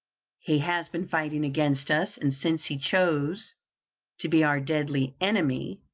he has been fighting against us and since he chose to be our deadly enemy,